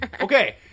Okay